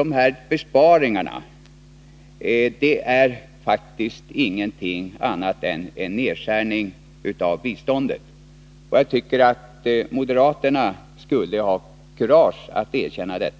gäller besparingarna vill jag säga att de faktiskt inte är någonting annat än nedskärningar av biståndet. Jag tycker att moderaterna borde ha kurage att erkänna det.